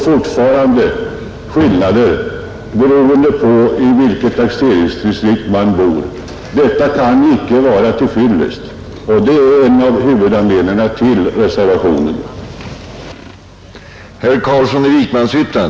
Med detta vill jag kort och gott yrka bifall till utskottets hemställan.